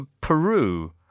Peru